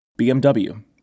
BMW